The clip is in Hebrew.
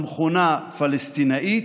המכונה פלסטינית,